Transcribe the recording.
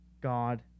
God